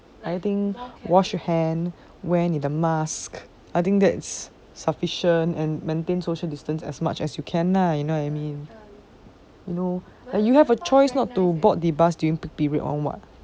I think wash your hand wear 你的 mask I think that's sufficient and maintain social distance as much as you can lah you know what I mean no ah you have a choice not to board the bus during peak period [one] [what]